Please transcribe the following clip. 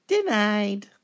Denied